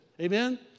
Amen